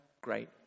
great